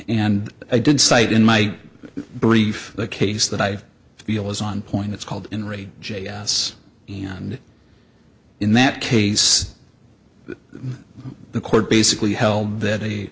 and i did cite in my brief case that i feel is on point it's called j s and in that case the court basically held that a